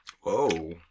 Whoa